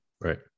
Right